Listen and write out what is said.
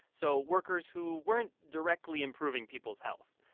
so workers who weren't directly improving people's health.